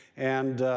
and